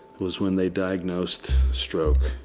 was when they diagnosed stroke